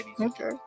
Okay